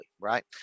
right